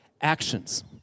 actions